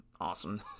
awesome